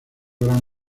gran